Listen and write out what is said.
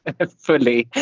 and ah fully.